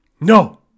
No